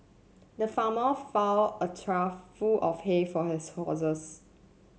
the farmer a trough full of hay for his horses